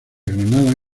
granada